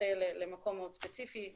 נוטה למקום מאוד ספציפי.